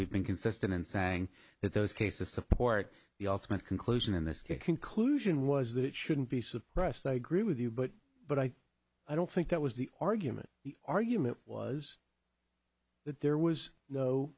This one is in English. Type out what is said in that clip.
we've been consistent in saying that those cases support the ultimate conclusion in this case conclusion was that it shouldn't be suppressed i agree with you but but i i don't think that was the argument the argument was that there was no